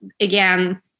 again